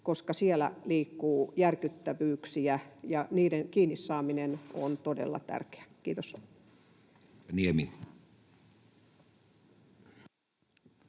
koska siellä liikkuu järkyttävyyksiä ja niiden kiinni saaminen on todella tärkeää. — Kiitos. [Speech